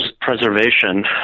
preservation